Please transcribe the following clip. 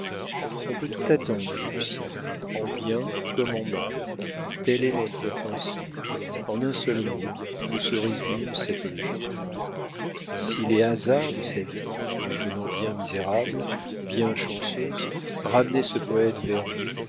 on peut tout attendre de lucien en bien comme en mal telle est notre pensée en un seul mot où se résume cette lettre si les hasards de sa vie maintenant bien misérable bien chanceuse ramenaient ce poète vers vous